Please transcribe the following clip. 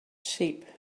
sheep